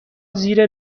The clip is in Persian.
زیر